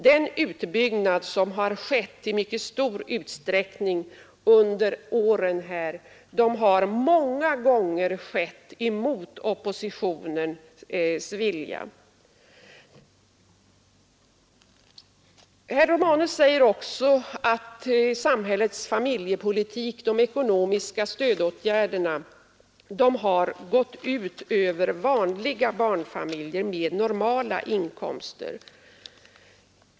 Den utbyggnad som i mycket stor utsträckning har gjorts under åren har många gånger kommit till mot oppositionens vilja. Herr Romanus säger också att samhällets familjepolitik, de ekono miska stödåtgärderna, har gått ut över vanliga barnfamiljer med normala inkomster.